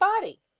body